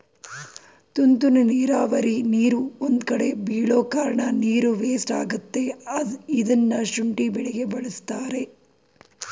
ತುಂತುರು ನೀರಾವರಿ ನೀರು ಒಂದ್ಕಡೆ ಬೀಳೋಕಾರ್ಣ ನೀರು ವೇಸ್ಟ್ ಆಗತ್ತೆ ಇದ್ನ ಶುಂಠಿ ಬೆಳೆಗೆ ಬಳಸ್ತಾರೆ